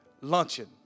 luncheon